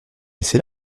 laisser